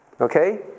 Okay